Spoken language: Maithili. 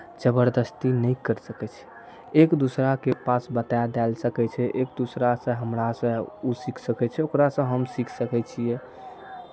जबरदस्ती नहि करि सकै छै एक दोसराके पास बताए देल सकै छै एक दोसरासँ हमरासँ ओ सीख सकै छै ओकरासँ हम सीख सकै छियै